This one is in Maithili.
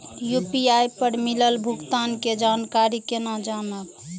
यू.पी.आई पर मिलल भुगतान के जानकारी केना जानब?